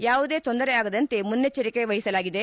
ಯಾವುದೇ ತೊಂದರೆ ಆಗದಂತೆ ಮುನ್ನೆಚ್ಚರಿಕೆ ವಹಿಸಲಾಗಿದೆ